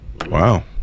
wow